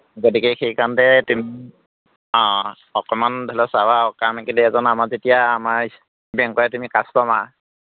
গতিকে সেইকাৰণতে তুমি